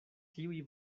tiuj